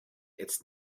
its